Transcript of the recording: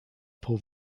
pro